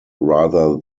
rather